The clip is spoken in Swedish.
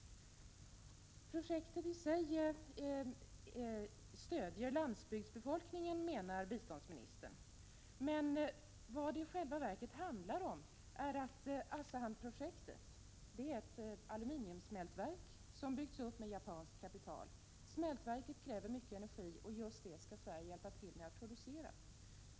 Projektet i sig stöder landsbygdsbefolkningen, menar biståndsministern. Men vad det i själva verket handlar om är Asahan-projektet — ett aluminiumsmältverk som byggts upp med japanskt kapital. Smältverket kräver mycket energi, och just det skall Sverige hjälpa till att producera.